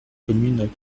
communes